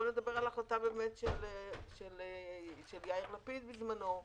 בוא נדבר על ההחלטה של יאיר לפיד בזמנו.